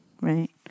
right